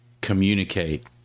communicate